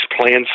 plans